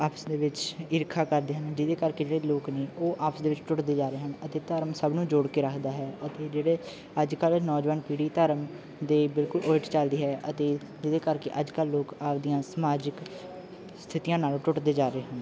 ਆਪਸ ਦੇ ਵਿੱਚ ਈਰਖਾ ਕਰਦੇ ਹਨ ਜਿਹਦੇ ਕਰਕੇ ਜਿਹੜੇ ਲੋਕ ਨੇ ਉਹ ਆਪਸ ਦੇ ਵਿੱਚ ਟੁੱਟਦੇ ਜਾ ਰਹੇ ਹਨ ਅਤੇ ਧਰਮ ਸਭ ਨੂੰ ਜੋੜ ਕੇ ਰੱਖਦਾ ਹੈ ਅਤੇ ਜਿਹੜੇ ਅੱਜ ਕੱਲ੍ਹ ਨੌਜਵਾਨ ਪੀੜ੍ਹੀ ਧਰਮ ਦੇ ਬਿਲਕੁਲ ਉਲਟ ਚੱਲਦੀ ਹੈ ਅਤੇ ਜਿਹਦੇ ਕਰਕੇ ਅੱਜ ਕੱਲ੍ਹ ਲੋਕ ਆਪਦੀਆਂ ਸਮਾਜਿਕ ਸਥਿਤੀਆਂ ਨਾਲੋਂ ਟੁੱਟਦੇ ਜਾ ਰਹੇ ਹਨ